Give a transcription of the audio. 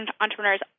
entrepreneurs